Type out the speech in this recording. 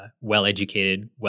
well-educated